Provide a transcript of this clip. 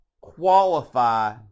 qualify